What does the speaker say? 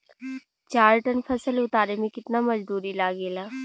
चार टन फसल उतारे में कितना मजदूरी लागेला?